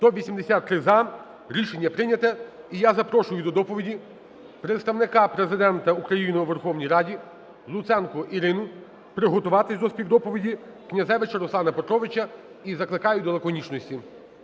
За-183 Рішення прийнято. І я запрошую до доповіді Представника Президента України у Верховній Раді Луценко Ірину. Приготуватись до співдоповіді Князевича Руслана Петровича. І закликаю до лаконічності